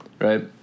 right